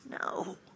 No